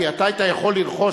כי אתה היית יכול לרכוש,